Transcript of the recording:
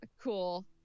cool